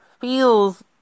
feels